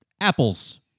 Apples